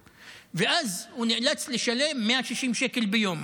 ואז הוא נאלץ לשלם 160 שקלים ביום.